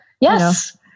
Yes